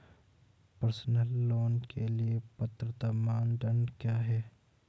Personal loan के लिए पात्रता मानदंड क्या हैं?